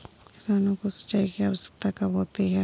किसानों को सिंचाई की आवश्यकता कब होती है?